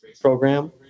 program